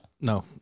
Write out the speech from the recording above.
No